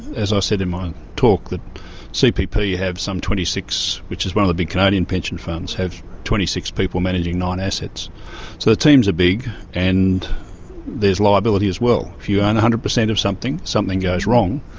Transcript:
as i said in my talk, that cpp have some twenty six which is one of the big canadian pension funds have twenty six people managing nine assets. so the teams are big and there's liability as well. if you own one hundred per cent of something, something goes wrong,